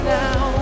now